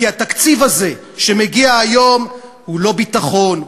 כי התקציב הזה שמגיע היום הוא לא ביטחון,